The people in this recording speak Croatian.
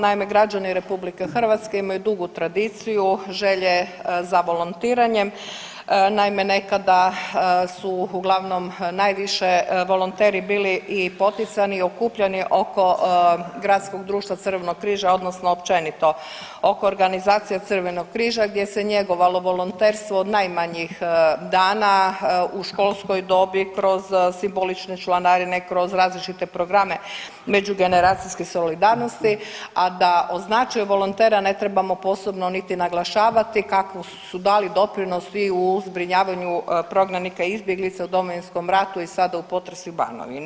Naime, građani RH imaju dugu tradiciju želje za volontiranjem, naime, nekada su uglavnom najviše volonteri bili i poticani i okupljani oko gradskog društva Crvenog križa, odnosno općenito oko organizacije Crvenog križa gdje se njegovalo volonterstvo od najmanjih dana u školskoj dobi kroz simbolične članarine, kroz različite programe međugeneracijske solidarnosti, a da o značaju volontera ne trebamo posebno niti naglašavati, kako su dali doprinos i u zbrinjavanju prognanika, izbjeglica u Domovinskom ratu i sada u potresu u Banovini.